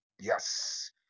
Yes